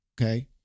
Okay